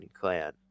clan